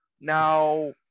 Now